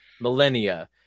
millennia